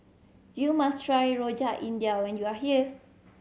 you must try Rojak India when you are here